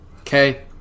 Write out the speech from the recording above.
Okay